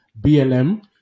BLM